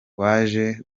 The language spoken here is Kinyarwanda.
waje